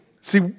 See